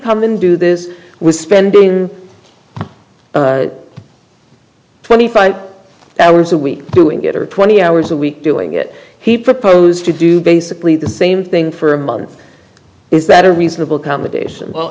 come in do this with spending twenty five hours a week doing it or twenty hours a week doing it he proposed to do basically the same thing for a month is that a reasonable accommodation well